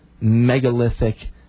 megalithic